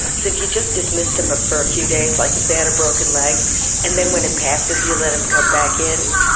so if you just dismissed them ah for a few days like if you had a broken leg and then when it passes you let them come back in,